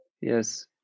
Yes